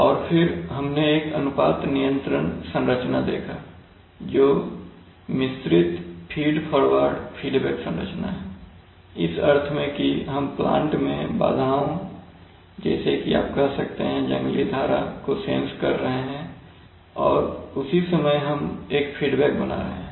और फिर हमने एक अनुपात नियंत्रण संरचना देखा जो मिश्रित फीडफॉरवर्ड फीडबैक संरचना है इस अर्थ में कि हम प्लांट में बाधाओं जैसे कि आप कह सकते हैं जंगली धारा को सेंस कर रहे हैं और उसी समय हम एक फीडबैक बना रहे हैं